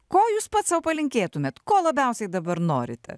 ko jūs pats sau palinkėtumėte ko labiausiai dabar norite